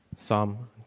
Psalm